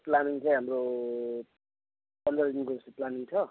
planning चाहिँ हाम्रो पन्ध्र दिनको जस्तो प्लानिङ छ